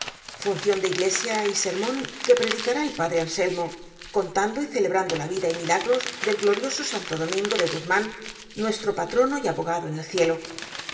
función de iglesia y sermón que pre dicará el padre anselmo contando y celebrando la vida y milagros del glorioso santo domingo de guzmán nuestro patrono y abogado en el cielo